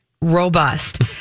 Robust